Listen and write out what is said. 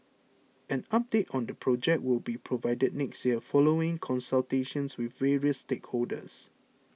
an update on the project will be provided next year following consultations with various stakeholders